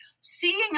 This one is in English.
seeing